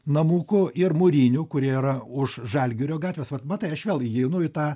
namukų ir mūrinių kurie yra už žalgirio gatvės vat matai aš vėl įeinu į tą